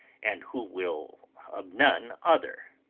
and who will of none other.